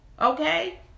Okay